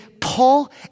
Paul